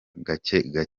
gake